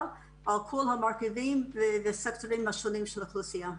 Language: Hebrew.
על כל המרכיבים והסקטורים השונים של האוכלוסייה.